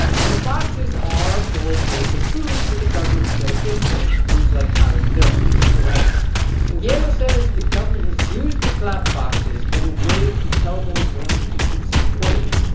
and the boxes are full of basic foods that the government still imports foods like powdered milk and grains and guillermo says the government has used the clap boxes as a way to compel venezuelans to keep supporting it,